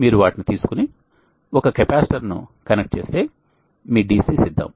మీరు వాటిని తీసుకుని ఒక కెపాసిటర్ను కనెక్ట్ చేస్తే మీ VDC సిద్ధం